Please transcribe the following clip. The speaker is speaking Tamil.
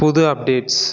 புது அப்டேட்ஸ்